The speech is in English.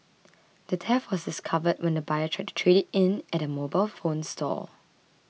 the theft was discovered when the buyer tried to trade it in at a mobile phone stop